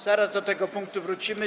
Zaraz do tego punktu wrócimy.